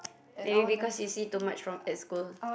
maybe because you see too much from a school